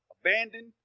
abandoned